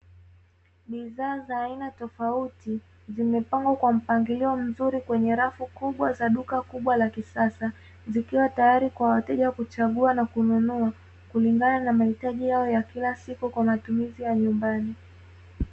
Bidhaa za aina tofauti, zimepangwa kwa mpangilio mzuri kwenye rafu kubwa za duka kubwa la kisasa, zikiwa tayari kwa wateja kuchagua na kununua kulingana na mahitaji yao ya kila siku kwa matumizi ya nyumbani.